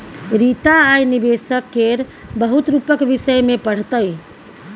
रीता आय निबेशक केर बहुत रुपक विषय मे पढ़तै